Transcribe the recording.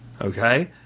Okay